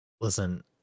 listen